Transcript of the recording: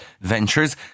ventures